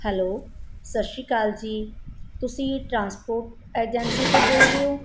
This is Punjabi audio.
ਹੈਲੋ ਸਤਿ ਸ਼੍ਰੀ ਅਕਾਲ ਜੀ ਤੁਸੀਂ ਟਰਾਂਸਪੋਰਟ ਏਜੰਸੀ ਤੋਂ ਬੋਲ ਰਹੇ ਹੋ